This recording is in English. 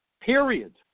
period